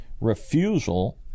refusal